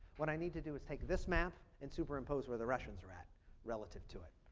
what i need to do is take this map and superimpose where the russians are at relative to it.